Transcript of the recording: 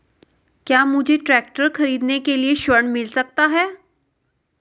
क्या मुझे ट्रैक्टर खरीदने के लिए ऋण मिल सकता है?